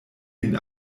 den